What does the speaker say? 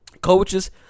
coaches